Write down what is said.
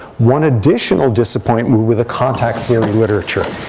one additional disappointment with the contact theory literature,